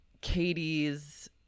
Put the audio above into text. Katie's